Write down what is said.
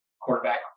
quarterback